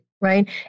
right